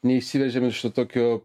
neišsiveržiam iš to tokio